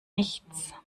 nichts